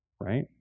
Right